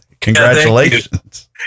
Congratulations